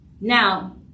Now